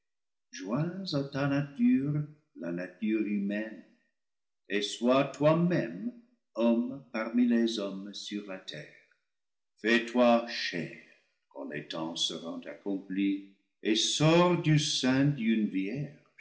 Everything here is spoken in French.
ta nature la nature humaine et sois toi-même homme parmi les hommes sur la terre fais-toi chair quand les temps seront accomplis et sors du sein d'une vierge